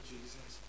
Jesus